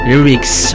Lyrics